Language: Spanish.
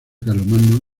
carlomagno